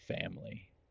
family